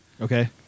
Okay